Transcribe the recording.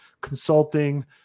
consulting